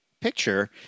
picture